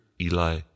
eli